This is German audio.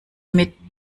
mit